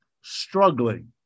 struggling